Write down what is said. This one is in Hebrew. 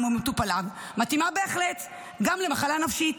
או במטופליו מתאימה בהחלט גם למחלה נפשית.